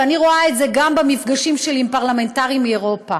ואני רואה את זה גם במפגשים שלי עם פרלמנטרים מאירופה.